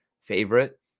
favorite